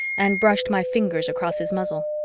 and brushed my fingers across his muzzle.